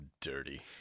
dirty